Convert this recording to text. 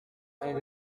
and